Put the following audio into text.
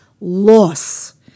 loss